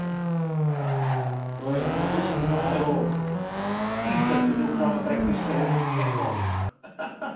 ꯍꯣꯏ ꯅꯨꯄꯤꯁꯤꯡꯁꯨ ꯍꯥꯏꯔꯣ ꯆꯠꯄꯗꯣ ꯈꯔ ꯄ꯭ꯔꯦꯛꯇꯤꯁ ꯇꯧꯅꯤꯡꯉꯥꯏꯀꯣ